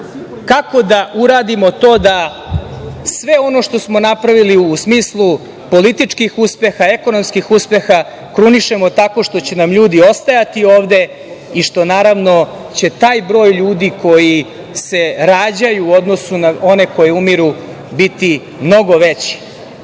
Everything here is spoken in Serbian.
kako da uradimo to da sve ono što smo napravili u smislu političkih uspeha, ekonomskih uspeha, krunišemo tako što će nam ljudi ostajati ovde i što će taj broj ljudi koji se rađaju u odnosu na one koji umiru biti mnogo veći. Ja